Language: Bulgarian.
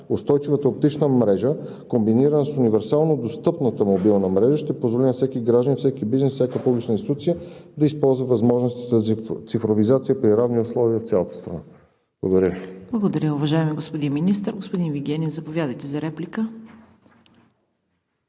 Устойчивата оптична мрежа, комбинирана с универсално достъпната мобилна мрежа, ще позволи на всеки гражданин, всеки бизнес, всяка публична институция да използва възможностите за цифровизация при равни условия в цялата страна. Благодаря Ви. ПРЕДСЕДАТЕЛ ЦВЕТА КАРАЯНЧЕВА: Благодаря, уважаеми господин Министър. Господин Вигенин, заповядайте за реплика.